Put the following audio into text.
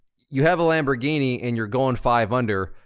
you have a lamborghini and you're going five under,